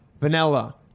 Vanilla